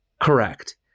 correct